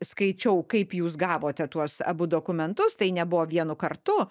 skaičiau kaip jūs gavote tuos abu dokumentus tai nebuvo vienu kartu